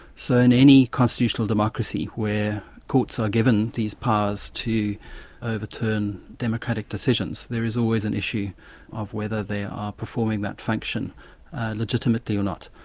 so in any constitutional democracy where courts are given these powers to overturn democratic decisions, there is always an issue of whether they are performing that function legitimately or not.